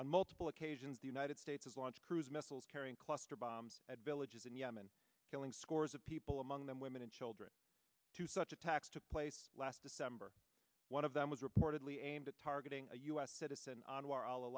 on multiple occasions the united states has launched cruise missiles carrying cluster bombs at villages in yemen killing scores of people among them women and children to such attacks took place last december one of them was reportedly aimed at targeting a u s citizen